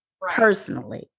personally